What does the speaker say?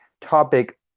topic